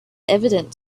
evident